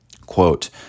Quote